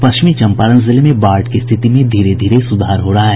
पश्चिमी चंपारण जिले में बाढ़ की स्थिति में धीरे धीरे सुधार हो रहा है